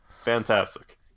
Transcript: Fantastic